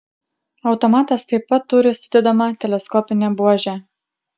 automatas taip pat turi sudedamą teleskopinę buožę